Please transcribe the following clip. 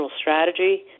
strategy